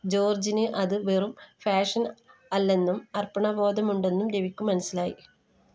ജോർജിന് അത് വെറും ഫാഷൻ അല്ലെന്നും അർപ്പണബോധമുണ്ടെന്നും രവിക്ക് മനസ്സിലായി